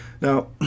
Now